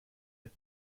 هست